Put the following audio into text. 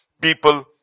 people